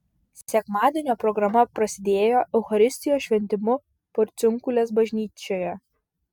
sekmadienio programa prasidėjo eucharistijos šventimu porciunkulės bažnyčioje